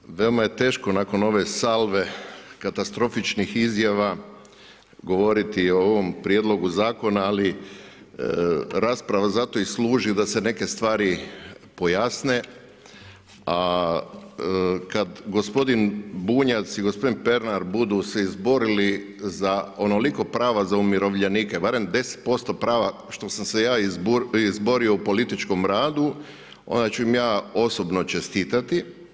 Dakle, veoma je teško nakon ove salve katastrofičnih izjava govoriti o ovom prijedlogu zakona, ali rasprava zato i služi da se neke stvari pojasne, a kad gospodin Bunjac i gospodin Pernar budu se izborili za onoliko prava za umirovljenike, barem 10% prava što sam se ja izborio u političkom radu, onda ću im ja osobno čestitati.